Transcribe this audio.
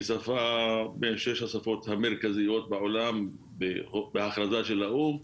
היא בין שש השפות המרכזיות בעולם בהכרזה של האו"ם.